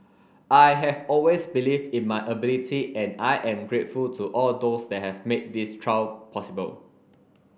I have always believed in my ability and I am grateful to all those that have made this trial possible